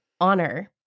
honor